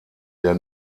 der